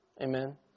Amen